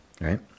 Right